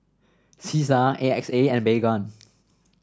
Cesar A X A and Baygon